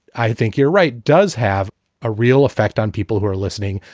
i think you're right, does have a real effect on people who are listening,